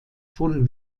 von